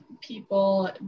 people